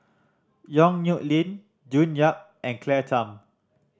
Yong Nyuk Lin June Yap and Claire Tham